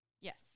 Yes